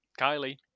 Kylie